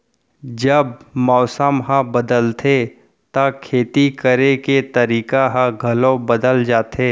जब मौसम ह बदलथे त खेती करे के तरीका ह घलो बदल जथे?